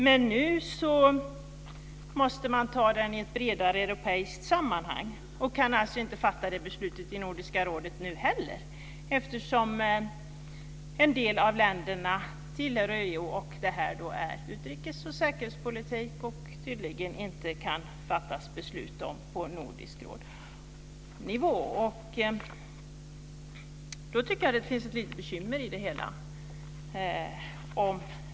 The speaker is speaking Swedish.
Men nu måste man ta den i ett bredare europeisk sammanhang och kan alltså inte heller nu fatta beslut i Nordiska rådet. En del av länderna tillhör EU, och detta är utrikes och säkerhetspolitik som det tydligen inte kan fattas beslut om på nordisk nivå. Jag tycker att det finns ett litet bekymmer i det hela.